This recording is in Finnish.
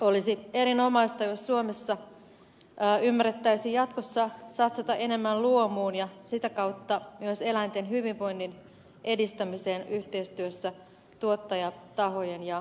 olisi erinomaista jos suomessa ymmärrettäisiin jatkossa satsata enemmän luomuun ja sitä kautta myös eläinten hyvinvoinnin edistämiseen yhteistyössä tuottajatahojen ja yritysten kanssa